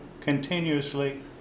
continuously